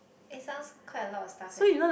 it sounds quite a lot of stuff eh